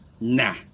Nah